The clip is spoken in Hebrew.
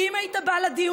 כי אם היית בא לדיונים,